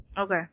Okay